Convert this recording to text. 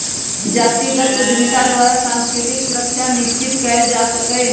जातिगत उद्यमिता द्वारा सांस्कृतिक सुरक्षा सुनिश्चित कएल जा सकैय